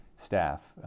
staff